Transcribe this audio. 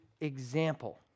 example